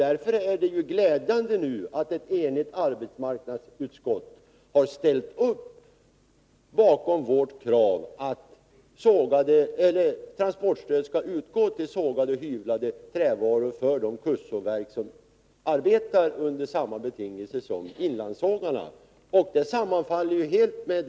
Därför är det glädjande att ett enigt arbetsmarknadsutskott nu sluter upp bakom vårt krav att transportstöd skall utgå till de kustsågverk som arbetar under samma betingelser som inlandssågarna, och det gäller då sågade och hyvlade trävaror.